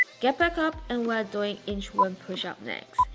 get back up and we're doing inch-worm pushups next.